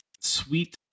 Sweet